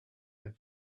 have